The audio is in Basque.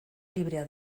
librea